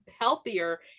healthier